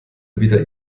wieder